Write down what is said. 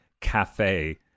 cafe